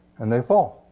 and they fall.